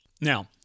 Now